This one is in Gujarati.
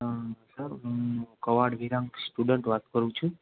હાં સર હું કવાયત વિરાન સ્ટુડન્ટ વાત કરું છું